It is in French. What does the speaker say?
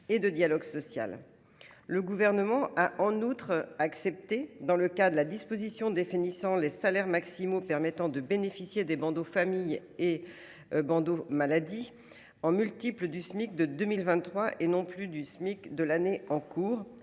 et de dialogue social. Le Gouvernement a en outre accepté, dans le cadre de la disposition définissant les salaires maximaux permettant de bénéficier des « bandeaux famille » et des « bandeaux maladie » en multiples du Smic de 2023 – et non plus du Smic de l’année en cours